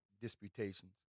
disputations